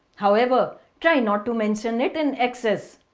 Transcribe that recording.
however try not to mention it in excess.